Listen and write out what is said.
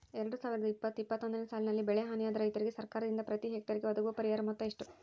ಎರಡು ಸಾವಿರದ ಇಪ್ಪತ್ತು ಇಪ್ಪತ್ತೊಂದನೆ ಸಾಲಿನಲ್ಲಿ ಬೆಳೆ ಹಾನಿಯಾದ ರೈತರಿಗೆ ಸರ್ಕಾರದಿಂದ ಪ್ರತಿ ಹೆಕ್ಟರ್ ಗೆ ಒದಗುವ ಪರಿಹಾರ ಮೊತ್ತ ಎಷ್ಟು?